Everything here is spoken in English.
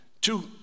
two